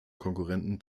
konkurrenten